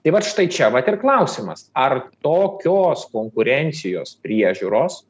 tai vat štai čia vat ir klausimas ar tokios konkurencijos priežiūros